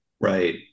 Right